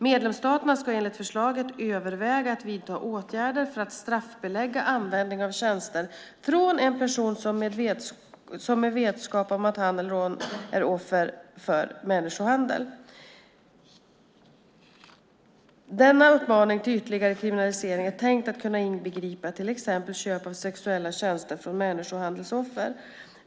Medlemsstaterna ska enligt förslaget överväga att vidta åtgärder för att straffbelägga användning av tjänster från en person med vetskap om att han eller hon är offer för människohandel. Denna uppmaning till ytterligare kriminalisering är tänkt att kunna inbegripa till exempel köp av sexuella tjänster från människohandelsoffer.